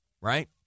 Right